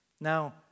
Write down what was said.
Now